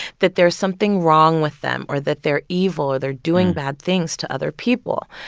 that there's something wrong with them or that they're evil, or they're doing bad things to other people.